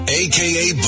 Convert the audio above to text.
aka